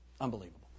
Unbelievable